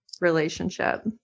relationship